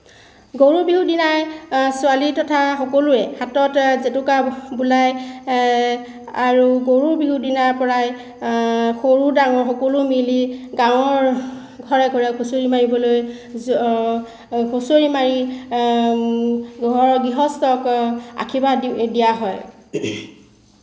গৰু বিহুৰ দিনাই ছোৱালী তথা সকলোৱে হাতত জেতুকা বুলায় আৰু গৰু বিহুৰ দিনাৰ পৰাই সৰু ডাঙৰ সকলো মিলি গাঁৱৰ ঘৰে ঘৰে হুঁচৰি মাৰিবলৈ হুঁচৰি মাৰি ঘৰৰ গৃহস্থক আশীৰ্বাদ দিয়া হয়